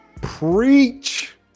preach